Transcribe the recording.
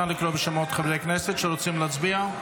נא לקרוא בשמות חברי הכנסת שרוצים להצביע.